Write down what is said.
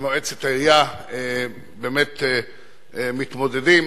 ומועצת העירייה באמת מתמודדים